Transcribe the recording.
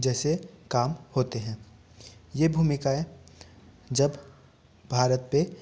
जैसे काम होते हैं ये भूमिकाएं जब भारत पे